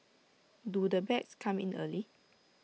do the bags come in early